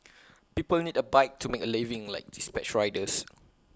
people need A bike to make A living like dispatch riders